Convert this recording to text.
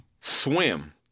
Swim